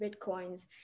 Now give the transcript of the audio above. bitcoins